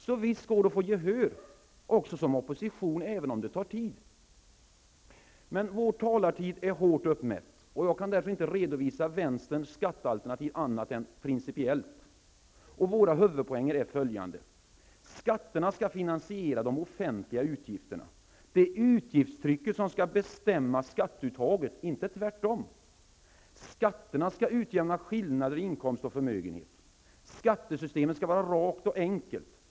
Så visst går det att få gehör också från oppositionen, även om det tar tid. Vår talartid är hårt uppmätt, och jag kan därför inte redovisa vänsterns skattealternativ annat än principiellt. Våra huvudpoänger är följande: Skatterna skall finansiera de offentliga utgifterna. Det är utgiftstrycket som skall bestämma skatteuttaget, inte tvärtom. Skatterna skall utjämna skillnader i inkomst och förmögenhet. Skattesystemet skall vara rakt och enkelt.